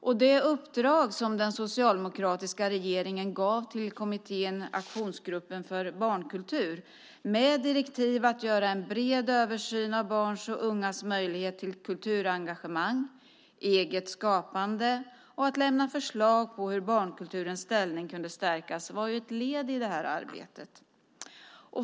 Och det uppdrag som den socialdemokratiska regeringen gav till kommittén Aktionsgruppen för barnkultur med direktiv att göra en bred översyn av barns och ungas möjlighet till kulturengagemang och till eget skapande och att lämna förslag på hur barnkulturens ställning kunde stärkas var ju ett led i det här arbetet.